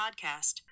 Podcast